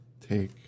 take